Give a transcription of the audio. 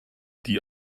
die